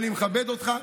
אני מכבד אותך.